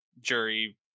jury